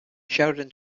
sheridan